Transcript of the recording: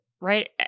right